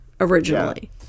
originally